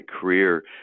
career